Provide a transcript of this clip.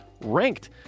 ranked